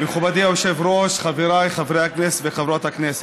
מכובדי היושב-ראש, חבריי חברי הכנסת וחברות הכנסת,